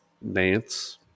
Nance